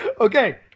Okay